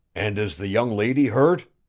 and is the young lady hurt?